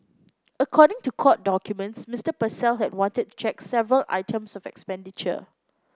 according to court documents Mister Purcell had wanted to check several items of expenditure